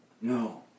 No